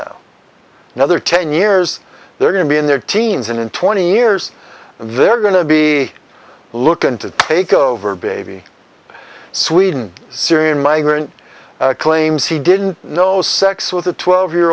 now another ten years they're going to be in their teens and in twenty years they're going to be looking to take over baby sweden syrian migrant claims he didn't know sex with a twelve year